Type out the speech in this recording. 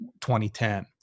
2010